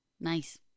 nice